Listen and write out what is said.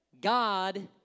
God